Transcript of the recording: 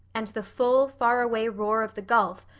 and the full, faraway roar of the gulf,